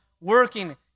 working